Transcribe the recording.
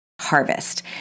harvest